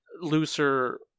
looser